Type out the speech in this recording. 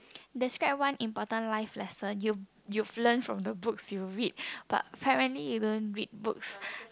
describe one important life lesson you've you've learn from the books you read but apparently you don't read books